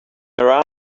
around